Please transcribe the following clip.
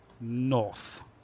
north